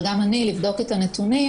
אבל גם אני לבדוק את הנתונים.